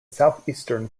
southeastern